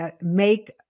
make